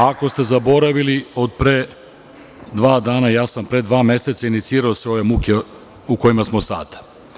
Ako ste zaboravili od pre dva dana, ja sam pre dva dana inicirao svoje muke u kojima smo sada.